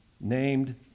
named